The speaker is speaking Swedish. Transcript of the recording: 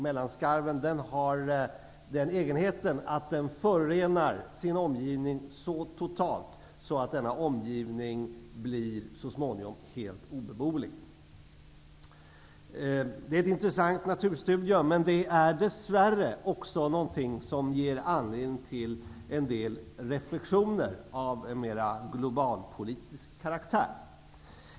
Mellanskarven har den egenheten att den förorenar sin omgivning så totalt att den så småningom blir helt obeboelig. Det är ett intressant naturstudium, men det är dess värre också något som ger anledning till en del reflexioner av mer globalpolitisk karaktär.